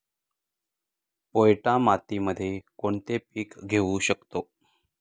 पोयटा मातीमध्ये कोणते पीक घेऊ शकतो?